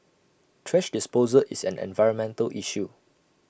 thrash disposal is an environmental issue